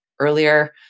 earlier